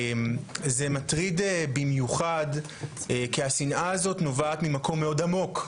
זה מטריד במיוחד כי השנאה הזאת נובעת ממקום מאוד עמוק,